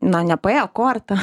na nepaėjo korta